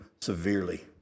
severely